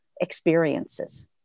experiences